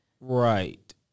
Right